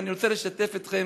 אני רוצה לשתף אתכם